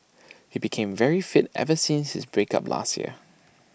he became very fit ever since his break up last year